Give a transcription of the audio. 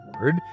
word